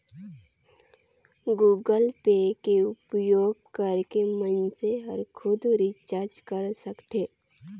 Google Pay के उपयोग करके मइनसे हर खुद रिचार्ज कर सकथे